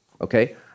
Okay